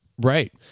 right